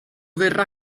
verrà